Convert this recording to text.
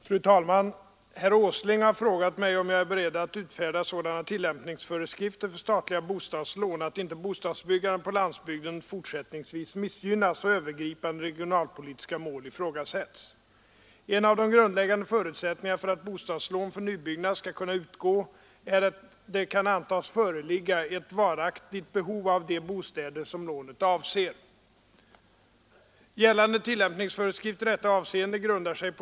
Fru talman! Herr Åsling har frågat mig om jag är beredd att utfärda sådana tillämpningsföreskrifter för statliga bostadslån att inte bostadsbyggandet på landsbygden fortsättningsvis missgynnas och övergripande regionalpolitiska mål ifrågasätts. En av de grundläggande förutsättningarna för att bostadslån för nybyggnad skall kunna utgå är att det kan antas föreligga ett varaktigt behov av de bostäder som lånet avser.